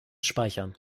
speichern